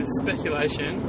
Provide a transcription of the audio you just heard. speculation